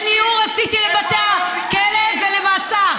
איזה ניעור עשיתי לבתי הכלא ולמעצר.